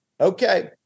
okay